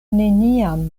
neniam